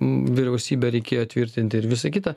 vyriausybę reikėjo tvirtinti ir visa kita